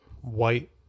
White